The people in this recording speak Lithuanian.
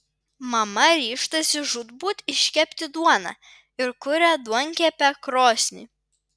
mama ryžtasi žūtbūt iškepti duoną ir kuria duonkepę krosnį